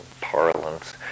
parlance